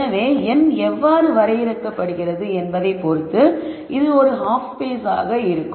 எனவே n எவ்வாறு வரையறுக்கப்படுகிறது என்பதைப் பொறுத்து இது ஒரு ஹாஃப் ஸ்பேஸ் ஆக இருக்கும்